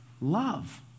love